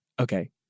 okay